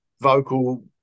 vocal